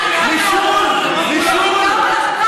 מה אתם מציעים, לעם שלכם, קודם